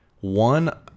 one